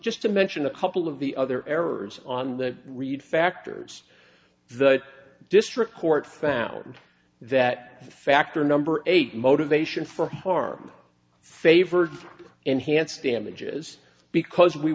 just to mention a couple of the other errors on the read factors the district court found that factor number eight motivation for harm favored enhanced damages because we